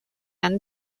han